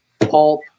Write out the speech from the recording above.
pulp